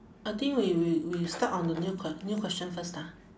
I think we we we start on the new que~ new question first ah